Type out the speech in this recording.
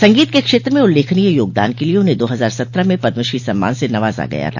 संगीत के क्षेत्र में उल्लेखनीय योगदान के लिये उन्हें दो हजार सत्रह में पद्मश्री सम्मान से नवाजा गया था